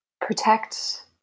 protect